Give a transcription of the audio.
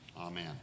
amen